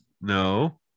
No